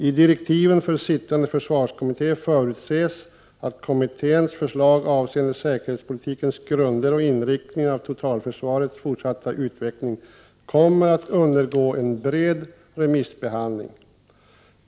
I direktiven för sittande försvarskommitté förutsätts att kommitténs förslag avseende säkerhetspolitikens grunder och inriktningen av totalförsvarets fortsatta utveckling kommer att undergå en bred remissbehandling.